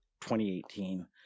2018